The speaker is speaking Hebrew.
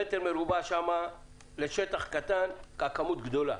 למטר מרובע שם לשטח קטן הכמות גדולה.